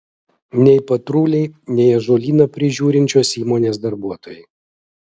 nei patruliai nei ąžuolyną prižiūrinčios įmonės darbuotojai